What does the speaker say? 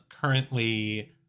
currently